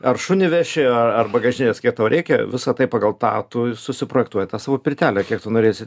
ar šunį veši ar ar bagažinės kiek tau reikia visa tai pagal tą tu susiprojektuoji tą savo pirtelę kiek tu norėsi